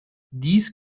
these